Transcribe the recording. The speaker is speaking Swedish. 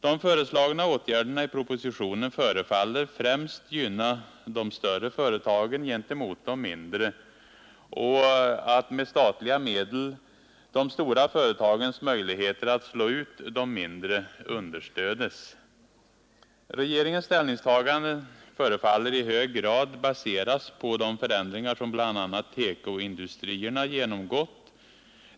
De föreslagna åtgärderna i propositionen förefaller främst gynna de större företagen gentemot de mindre. Med statliga medel skall man understödja de stora företagens möjligheter att slå ut de mindre. Regeringens ställningstaganden förefaller i hög grad baseras på de förändringar som bl.a. TEKO-industrierna genomgått.